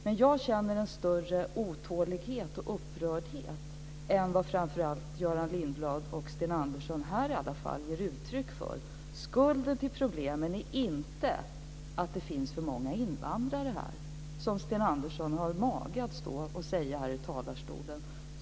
Men jag känner en större otålighet och upprördhet än vad framför allt Göran Lindblad och Sten Andersson här ger uttryck för. Skulden till problemen är inte att det finns för många invandrare här - som Sten Andersson har mage att stå och säga i talarstolen.